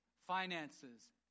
finances